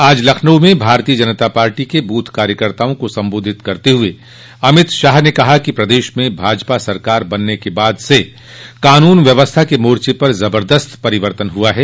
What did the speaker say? आज लखनऊ में भारतीय जनता पार्टी के बूथ कार्यकर्ताओं को संबोधित करते हुए अमित शाह ने कहा कि प्रदेश में भाजपा सरकार बनने के बाद से कानून व्यवस्था के मोर्चे पर जबरदस्त परिवर्तन हुआ है